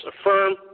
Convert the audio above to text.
affirm